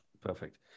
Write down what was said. perfect